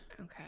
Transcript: Okay